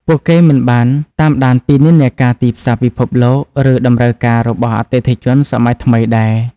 ពួកគេក៏មិនបានតាមដានពីនិន្នាការទីផ្សារពិភពលោក ឬតម្រូវការរបស់អតិថិជនសម័យថ្មីដែរ។